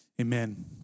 Amen